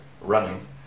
running